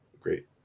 great